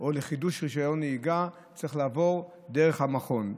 או חידוש רישיון נהיגה, צריך לעבור דרך המכון.